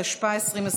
התשפ"א 2020,